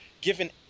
given